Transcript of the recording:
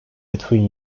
between